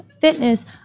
Fitness